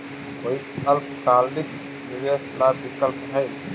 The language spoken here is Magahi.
कोई अल्पकालिक निवेश ला विकल्प हई?